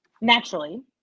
Naturally